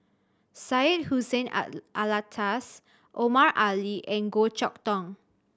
Syed Hussein Alatas Omar Ali and Goh Chok Tong